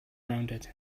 rounded